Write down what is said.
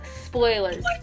Spoilers